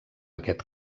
aquest